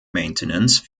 maintenance